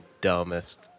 dumbest